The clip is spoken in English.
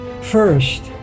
First